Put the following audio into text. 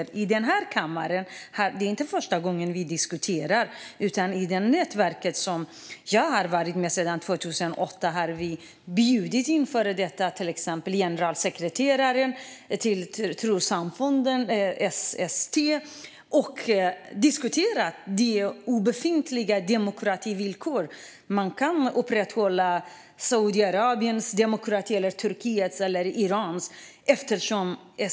Det är inte första gången vi diskuterar dessa frågor i kammaren. I det nätverk jag har deltagit i sedan 2008 har vi till exempel bjudit in före detta generaldirektören i SST och representanter för trossamfunden och diskuterat de obefintliga demokrativillkoren. Man kan diskutera till exempel Saudiarabien, Turkiet och Iran.